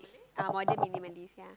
ah modern minimalist ya